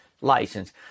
license